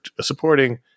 supporting